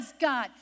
God